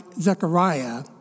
Zechariah